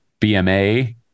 BMA